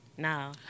No